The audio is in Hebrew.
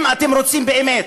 אם אתם רוצים באמת.